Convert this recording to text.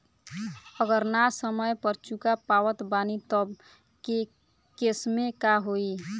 अगर ना समय पर चुका पावत बानी तब के केसमे का होई?